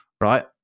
right